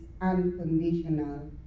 unconditional